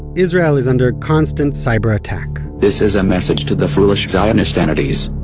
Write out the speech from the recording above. israel is under constant cyber attack this is a message to the foolish zionist entities.